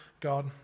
God